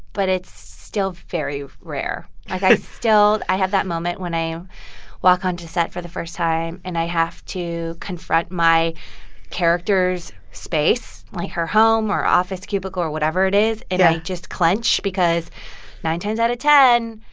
but it's still very rare like, i still i have that moment when i walk onto set for the first time, and i have to confront my character's space, like her home or office cubicle or whatever it is yeah and i just clench because nine times out of ten,